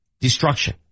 destruction